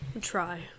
Try